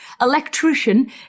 electrician